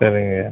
சரிங்கய்யா